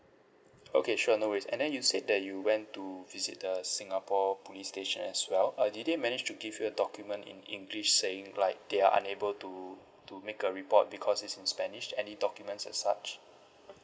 okay sure no worries and then you said that you went to visit the singapore police station as well uh did they manage to give you a document in english saying like they are unable to to make a report because it's in spanish any documents and such